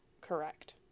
Correct